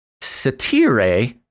Satire